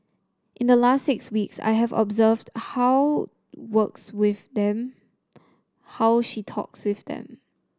in the last six weeks I have observed how works with them how she talks with them